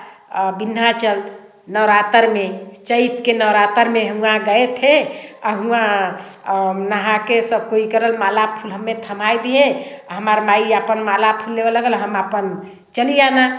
विंध्याचल नवरात्र में चैत के नवरात्र में वहाँ गए थे आ वहाँ नहा कर सब कोई करल माला फूल हमें थमा दिए और हमार माई आपन माला फूल लगल हम आपन चली आना